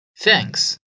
Thanks